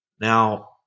Now